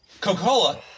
Coca-Cola